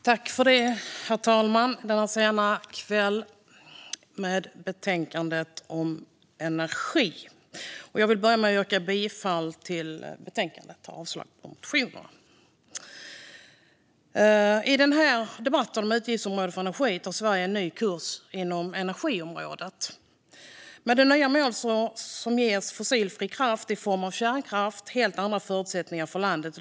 Herr talman! Denna sena kväll debatterar vi betänkandet om utgiftsområde 21 Energi. Jag vill börja med att yrka bifall till förslaget och avslag på motionerna. I den här debatten om utgiftsområdet för energi tar Sverige ut en ny kurs inom energiområdet. Med det nya målet ger fossilfri kraft i form av kärnkraft helt andra förutsättningar för landet.